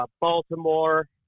Baltimore